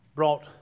Brought